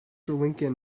lincoln